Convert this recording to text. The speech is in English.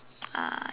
uh